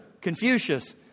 Confucius